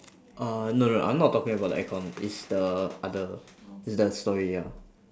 uh no no I'm not talking about the air con it's the other it's that story ya